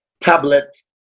tablets